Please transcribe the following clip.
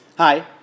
Hi